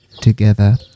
together